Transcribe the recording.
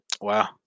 Wow